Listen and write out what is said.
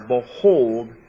behold